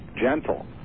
gentle